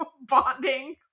bonding